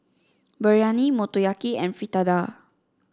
Biryani Motoyaki and Fritada